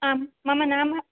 आम् मम नाम